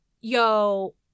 Yo